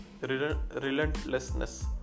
relentlessness